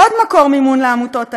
עוד מקור מימון לעמותות האלה,